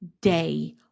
day